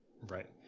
right